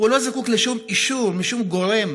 הוא לא זקוק לשום אישור משום גורם